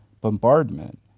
bombardment